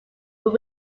will